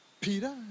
Peter